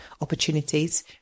opportunities